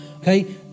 okay